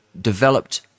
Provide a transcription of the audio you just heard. developed